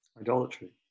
Idolatry